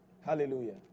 Hallelujah